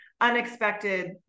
unexpected